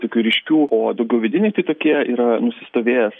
tokių ryškių o daugiau vidiniai tai tokie yra nusistovėjęs